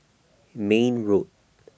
Mayne Road